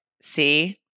See